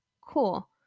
cool